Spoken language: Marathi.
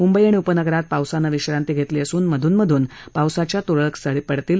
मुंबई आणि उपनगरात पावसानं विश्रांती घेतली असून मधून मधून पावसाच्या तुरळक सरी पडतील